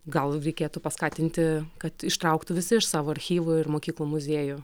gal reikėtų paskatinti kad ištrauktų visi iš savo archyvų ir mokyklų muziejų